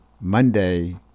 Monday